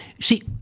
See